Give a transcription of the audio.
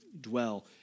dwell